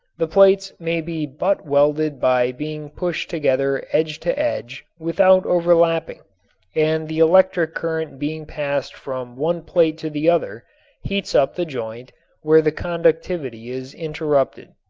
the plates may be butt-welded by being pushed together edge to edge without overlapping and the electric current being passed from one plate to the other heats up the joint where the conductivity is interrupted.